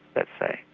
let's say,